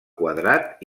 quadrat